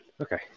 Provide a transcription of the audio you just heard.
Okay